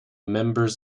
members